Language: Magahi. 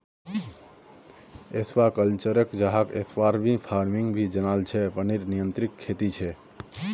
एक्वाकल्चर, जहाक एक्वाफार्मिंग भी जनाल जा छे पनीर नियंत्रित खेती छे